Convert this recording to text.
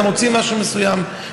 אתה מוציא משהו מסוים,